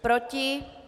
Proti?